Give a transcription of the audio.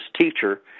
teacher